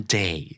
day